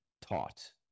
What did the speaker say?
taught